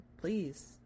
please